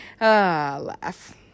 laugh